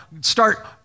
start